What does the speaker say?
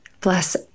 Bless